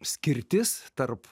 skirtis tarp